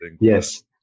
Yes